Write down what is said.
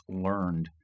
learned